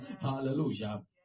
Hallelujah